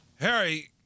Harry